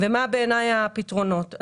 מה בעיניי הפתרונות.